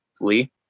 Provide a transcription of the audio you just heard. Lee